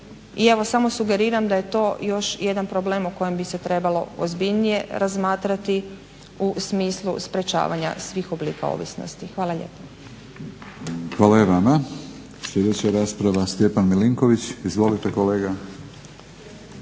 I evo samo sugeriram da je to još jedan problem o kojem bi se trebalo ozbiljnije razmatrati u smislu sprječavanja svih oblika ovisnosti. Hvala lijepa. **Batinić, Milorad (HNS)** Hvala i vama. Sljedeća rasprava Stjepan Milinković. Izvolite kolega.